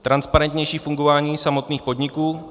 Transparentnější fungování samotných podniků.